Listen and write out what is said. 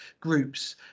groups